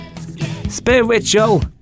Spiritual